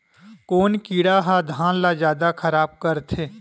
कोन कीड़ा ह धान ल जादा खराब करथे?